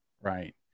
Right